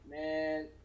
Man